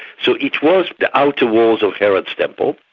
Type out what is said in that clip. so it was the outer walls of herod's temple,